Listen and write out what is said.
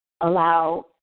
allow